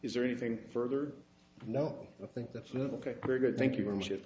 is there anything further no i think that's not ok very good thank you very much i